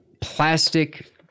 plastic